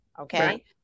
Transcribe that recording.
Okay